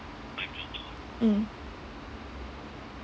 mm